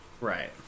Right